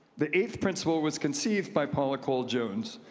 the eighth principle was conceived by paula cole jones,